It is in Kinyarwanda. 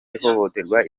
ihohoterwa